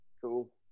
Cool